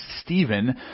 Stephen